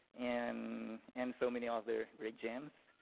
and and so many other great gems.